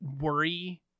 worry